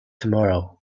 tomorrow